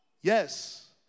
Yes